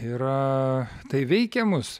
yra tai veikia mus